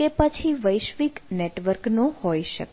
કે પછી વૈશ્વિક નેટવર્ક નો હોઈ શકે